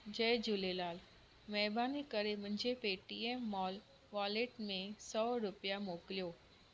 जय झूलेलाल महिरबानी करे मुंहिंजे पेटीएम माॅल वॉलेट में सौ रुपया मोकिलियो